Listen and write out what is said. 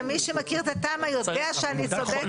ומי שמכיר את התמ"א יודע שאני צודקת.